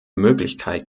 möglichkeit